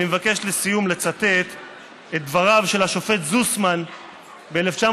אני מבקש לסיום לצטט את דבריו של השופט זוסמן ב-1965,